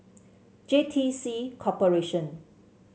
J T C Corporation